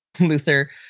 luther